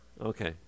Okay